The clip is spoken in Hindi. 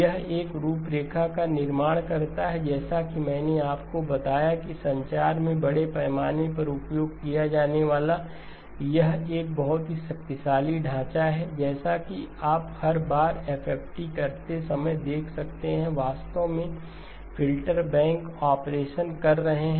यह एक रूपरेखा का निर्माण करता है जैसा कि मैंने आपको बताया कि संचार में बड़े पैमाने पर उपयोग किया जाने वाला एक बहुत ही शक्तिशाली ढांचा है जैसा कि आप हर बार FFT करते समय देख सकते हैं आप वास्तव में फिल्टर बैंक ऑपरेशन कर रहे हैं